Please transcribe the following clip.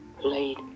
played